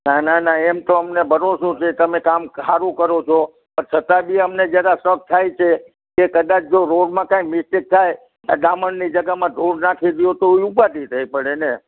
ના ના ના એમ તો અમને ભરોસો છે તમે કામ સારું કરો છો પણ છતાંબી અમને જરા શક થાય છે કે કદાચ જો રોડમાં કાંઈ મિસ્ટેક થાય આ ડામરની જગામાં ધૂળ નાખી દો તો એ ઉપાધી થઈ પડે ને